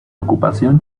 ocupación